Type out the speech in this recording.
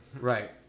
Right